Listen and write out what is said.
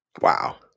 Wow